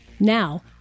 Now